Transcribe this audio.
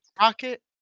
Rocket